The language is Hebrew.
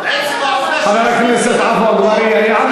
עצם העובדה, חבר הכנסת עפו אגבאריה.